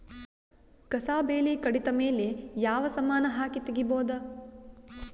ಕಸಾ ಬೇಲಿ ಕಡಿತ ಮೇಲೆ ಯಾವ ಸಮಾನ ಹಾಕಿ ತಗಿಬೊದ?